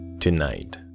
Tonight